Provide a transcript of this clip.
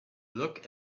look